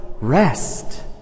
rest